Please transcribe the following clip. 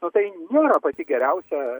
nu tai nėra pati geriausia